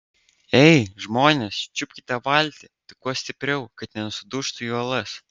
ei žmonės čiupkite valtį tik kuo stipriau kad nesudužtų į uolas